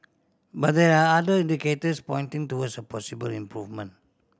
but there are other indicators pointing towards a possible improvement